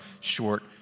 short